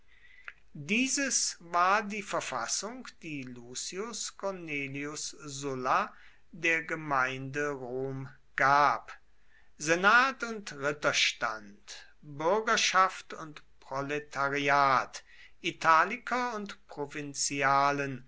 dieses war die verfassung die lucius cornelius sulla der gemeinde rom gab senat und ritterstand bürgerschaft und proletariat italiker und